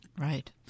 right